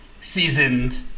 seasoned